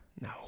No